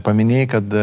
paminėjai kad